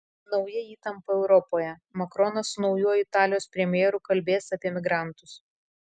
nauja įtampa europoje makronas su naujuoju italijos premjeru kalbės apie migrantus